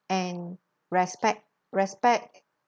and respect respect